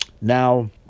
Now